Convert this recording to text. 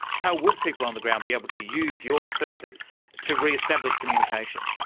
how would people on the ground be able to use your service to re-establish communication?